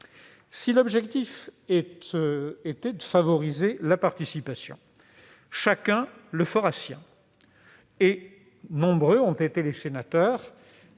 Si l'objectif était de favoriser la participation, chacun le ferait sien. Nombreux ont été les sénateurs